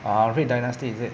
uh red dynasty is it